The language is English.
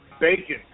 bacon